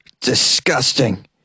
disgusting